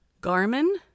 Garmin